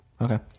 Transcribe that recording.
okay